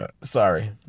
Sorry